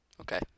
Okay